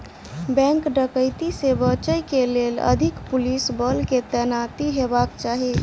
bank डकैती से बचय के लेल अधिक पुलिस बल के तैनाती हेबाक चाही